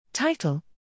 title